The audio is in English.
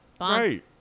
Right